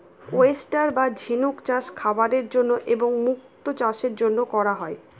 oyster বা ঝিনুক চাষ খাবারের জন্য এবং মুক্তো চাষের জন্য করা হয়